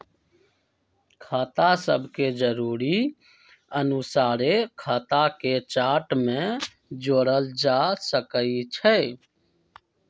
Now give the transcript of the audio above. खता सभके जरुरी अनुसारे खता के चार्ट में जोड़ल जा सकइ छै